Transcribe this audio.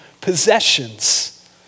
possessions